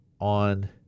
on